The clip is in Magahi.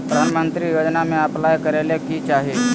प्रधानमंत्री योजना में अप्लाई करें ले की चाही?